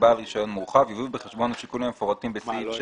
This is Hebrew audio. בעל רישיון מורחב יובאו בחשבון השיקולים המפורטים בסעיף 16(ב)